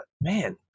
man